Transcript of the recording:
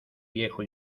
viejo